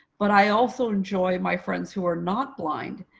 but i also enjoy my friends who are not blind,